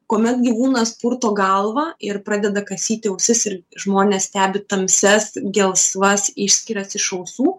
kuomet gyvūnas purto galvą ir pradeda kasyti ausis ir žmonės stebi tamsias gelsvas išskyras iš ausų